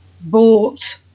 bought